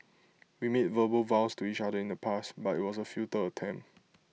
we made verbal vows to each other in the past but IT was A futile attempt